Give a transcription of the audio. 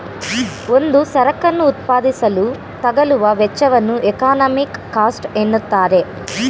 ಒಂದು ಸರಕನ್ನು ಉತ್ಪಾದಿಸಲು ತಗಲುವ ವೆಚ್ಚವನ್ನು ಎಕಾನಮಿಕ್ ಕಾಸ್ಟ್ ಎನ್ನುತ್ತಾರೆ